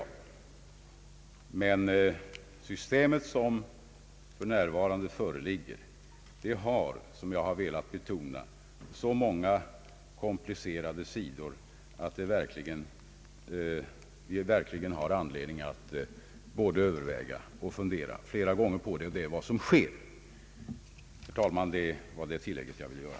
Det system som för närvarande gäller har, som jag har velat betona, så många komplicerade sidor att vi verkligen har anledning att överväga och fundera mycket. Det är vad som sker. Herr talman! Detta var det tillägg jag ville göra.